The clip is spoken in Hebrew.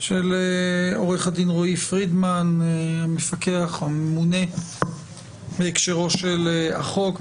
של עורך הדין רועי פרידמן, הממונה בהקשרו של החוק.